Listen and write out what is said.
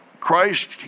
Christ